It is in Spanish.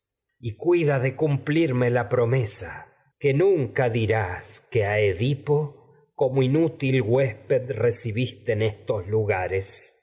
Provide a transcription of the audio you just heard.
no cuida de a cumplirme como la promesa que nunca dirás que edipo es que inútil huésped í'ecibiste me en estos lugares